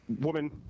woman